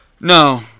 No